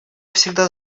всегда